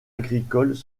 agricoles